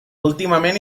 últimament